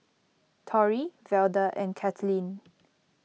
Torry Velda and Cathleen